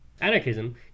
Anarchism